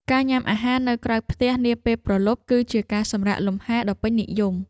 ការញ៉ាំអាហារនៅក្រៅផ្ទះនាពេលព្រលប់ គឺជាការសម្រាកលម្ហែដ៏ពេញនិយម។